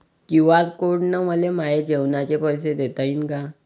QR code न मले माये जेवाचे पैसे देता येईन का?